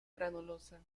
granulosa